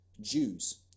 Jews